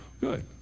good